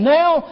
now